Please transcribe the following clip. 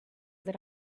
that